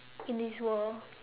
in this world